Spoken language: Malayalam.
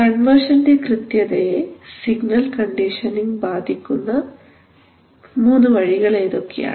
കൺവേർഷന്റെ കൃത്യതയെ സിഗ്നൽ കണ്ടീഷനിംഗ് ബാധിക്കുന്ന 3 വഴികൾ ഏതൊക്കെയാണ്